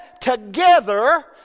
together